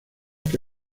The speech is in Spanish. que